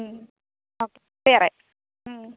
okay clear ആയി